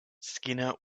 skinner